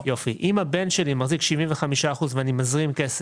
יופי, אם הבן שלי מחזיק 75% ואני מזרים כסף?